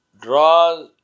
draws